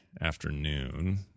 afternoon